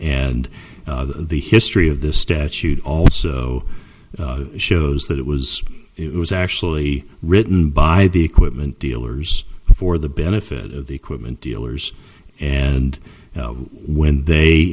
and the history of this statute also shows that it was it was actually written by the equipment dealers for the benefit of the equipment dealers and when they